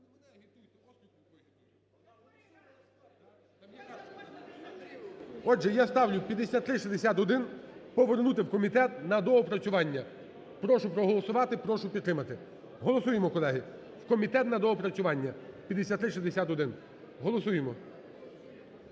Отже я ставлю 5361 повернути у комітет на доопрацювання. Прошу проголосувати, прошу підтримати. Голосуємо, шановні колеги, в комітет на доопрацювання, 5361. Голосуємо!